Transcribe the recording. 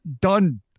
done